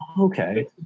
okay